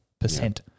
percent